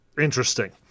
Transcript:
interesting